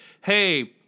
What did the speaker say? hey